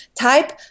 type